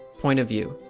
point of view.